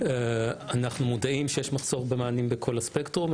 אנחנו מודעים לכך שיש חוסר במענים בכל הספקטרום,